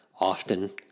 often